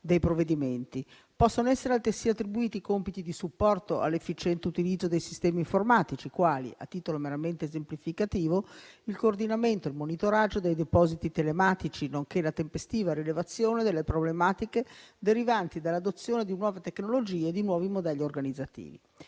dei provvedimenti. Possono essere altresì attribuiti compiti di supporto all'efficiente utilizzo dei sistemi informatici quali, a titolo meramente esemplificativo, il coordinamento e il monitoraggio dei depositi telematici, nonché la tempestiva rilevazione delle problematiche derivanti dall'adozione di nuove tecnologie e di nuovi modelli organizzativi.